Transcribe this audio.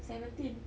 seventeen